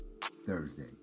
Thursday